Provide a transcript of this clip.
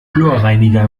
chlorreiniger